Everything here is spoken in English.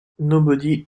nobody